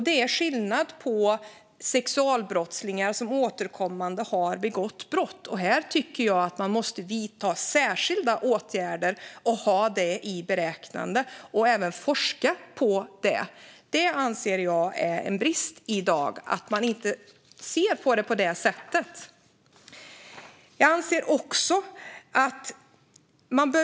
Det är skillnad på sexualbrottslingar som återkommande har begått brott. Jag tycker att man måste vidta särskilda åtgärder och ha detta i beräkning. Man måste även forska på det här. Jag anser att det är en brist i dag att man inte ser på det här på detta sätt.